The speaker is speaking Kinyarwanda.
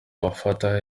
abafata